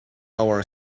our